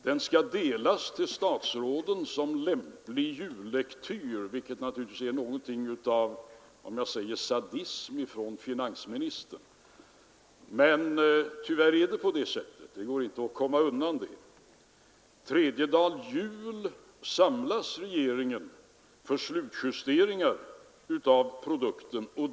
Den skall delas till statsråden som lämplig jullektyr, vilket naturligtvis är någonting av sadism från finansministern — men tyvärr är det så, det går inte att komma undan det. Tredjedag jul samlas regeringen för slutjusteringar av produkten.